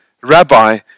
Rabbi